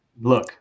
look